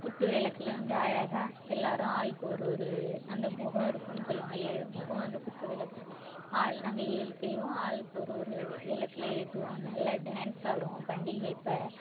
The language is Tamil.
குத்துவிளக்குல வந்து அழகாக எல்லாரும் ஆளுக்கு ஒரு ஒரு அந்த முகம் இருக்குன்னு சொல்லுவாங்க ஏழு முகம் அந்த குத்து விளக்குல ஆள் நாங்கள் ஏழு பேரும் ஆளுக்கு ஒரு ஒரு விளக்குல ஏற்றுவோம் நல்லா டேன்ஸ் ஆடுவோம் பண்டிகையப்போ